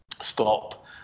stop